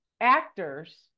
actors